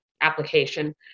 application